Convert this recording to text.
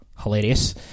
hilarious